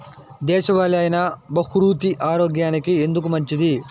దేశవాలి అయినా బహ్రూతి ఆరోగ్యానికి ఎందుకు మంచిది?